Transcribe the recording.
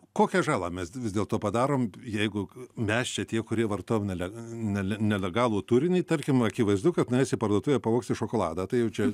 kokią žalą mes vis dėlto padarom jeigu mes čia tie kurie vartojam nelega nele nelegalų turinį tarkim akivaizdu kad nueisi į parduotuvę ir pavogsi šokoladą tai jau čia